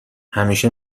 همیشه